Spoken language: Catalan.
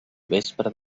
vespra